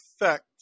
effect